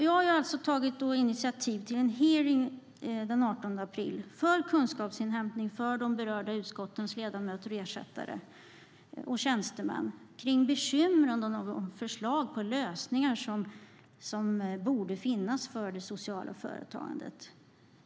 Jag har tagit initiativ till en hearing den 18 april om kunskapsinhämtning för de berörda utskottens ledamöter, ersättare och tjänstemän när det gäller bekymren och även de förslag till lösningar som borde finnas för det sociala företagandet.